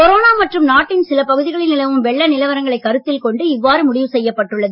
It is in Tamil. கொரோனா மற்றும் நாட்டின் சில பகுதிகளில் நிலவும் வெள்ள நிலவரங்களைக் கருத்தில் கொண்டு இவ்வாறு முடிவு செய்யப்பட்டுள்ளது